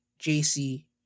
JC